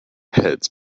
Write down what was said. heads